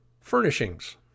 Furnishings